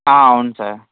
అవును సార్